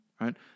right